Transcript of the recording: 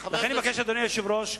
לכן, אדוני היושב-ראש,